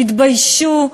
תתביישו.